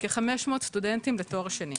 כ- 500 סטודנטים לתואר שני,